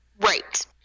Right